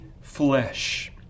flesh